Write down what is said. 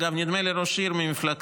אגב, נדמה לי שראש העיר שם ממפלגתך.